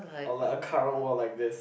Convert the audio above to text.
or like a current world like this